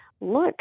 look